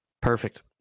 Perfect